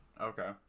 Okay